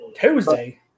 Tuesday